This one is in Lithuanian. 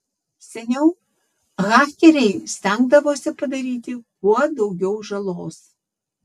seniau hakeriai stengdavosi padaryti kuo daugiau žalos